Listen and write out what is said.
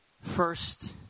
first